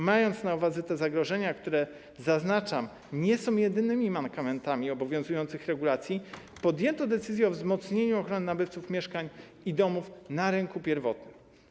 Mając na uwadze te zagrożenia, które, zaznaczam, nie są jedynymi mankamentami obowiązujących regulacji, podjęto decyzję o wzmocnieniu ochrony nabywców mieszkań i domów na rynku pierwotnym.